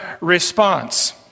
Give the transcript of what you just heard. response